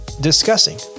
discussing